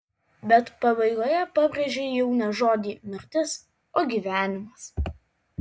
bet pabaigoje pabrėžei jau ne žodį mirtis o gyvenimas